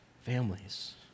families